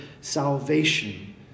salvation